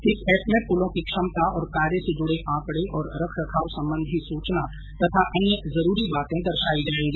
इस एप में पुलों की क्षमता और कार्य से जुड़े आकड़े और रखरखाव संबंधी सूचना तथा अन्य जरूरी बाते दर्शायी जाएगी